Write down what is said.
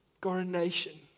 Coronation